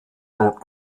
brought